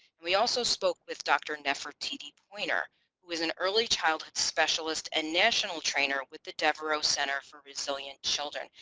and we also spoke with dr. nefertiti poyner who is an early childhood specialist and national trainer with the devereux center for resilient children.